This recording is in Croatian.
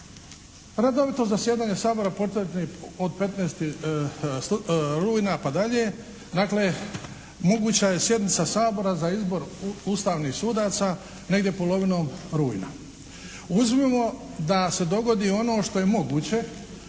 Redovito zasjedanje Sabora početi od 15. rujna pa dalje, dakle moguća je sjednica Sabora za izbor Ustavnih sudaca negdje polovinom rujna. Uzmimo da se dogodi ono što je moguće,